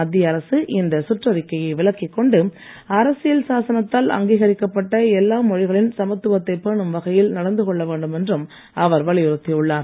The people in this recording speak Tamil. மத்திய அரசு இந்த சுற்றறிக்கையை விலக்கிக் கொண்டு அரசியல் சாசனத்தால் அங்கீகரிக்கப்பட்ட எல்லா மொழிகளின் சமத்துவத்தைப் பேணும் வகையில் நடந்துகொள்ள வேண்டும் என்றும் அவர் வலியுறுத்தியுள்ளார்